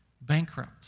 bankrupt